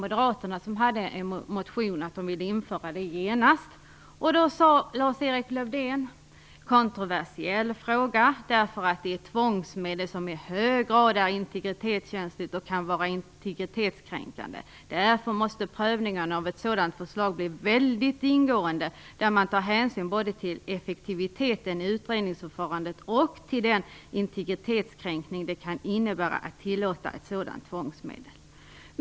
Moderaterna hade nämligen en motion om buggning som de genast ville införa. Då sade Lars-Erik Lövdén: Kontroversiell fråga, därför att det är ett tvångsmedel som i hög grad är integritetskänsligt och som kan vara integritetskränkande. Därför måste prövningen av ett sådant förslag bli väldigt ingående där man tar hänsyn både till effektiviteten i utredningsförfarandet och till den integritetskränkning det kan innebära att tillåta ett sådant tvångsmedel.